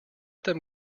them